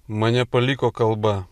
mane paliko kalba